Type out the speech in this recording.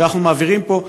שאנחנו מעבירים פה,